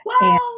Wow